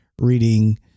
reading